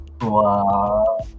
Wow